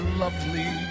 lovely